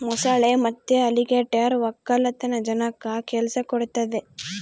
ಮೊಸಳೆ ಮತ್ತೆ ಅಲಿಗೇಟರ್ ವಕ್ಕಲತನ ಜನಕ್ಕ ಕೆಲ್ಸ ಕೊಡ್ತದೆ